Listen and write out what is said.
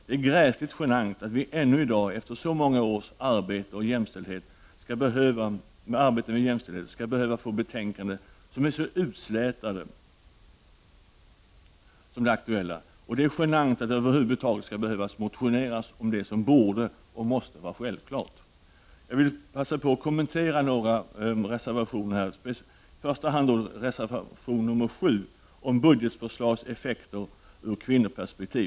Det är gräsligt genant att vi ännu i dag efter så många års arbete med jämställdhet skall behöva få betänkanden, som är så utslätade som det nu aktuella betänkandet. Det är också genant att det över huvud taget skall behöva motioneras om sådant som borde, och måste, vara självklart. Jag vill passa på att kommentera några reservationer. I första hand gäller det reservation nr 7 om budgetförslagens effekter ur kvinnoperspektiv.